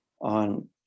on